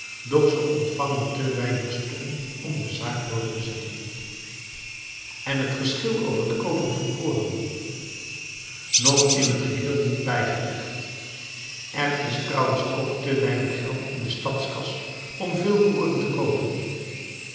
doch ze ontvangen te weinig steun om de zaak door te zetten en het geschil over het koopen van koren nog in het geheel niet bijgelegd er is trouwens ook te weinig geld in de stadskas om veel koren te koopen